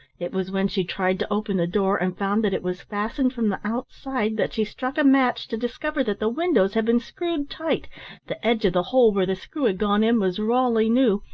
it was when she tried to open the door, and found that it was fastened from the outside, that she struck a match to discover that the windows had been screwed tight the edge of the hole where the screw had gone in was rawly new,